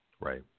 Right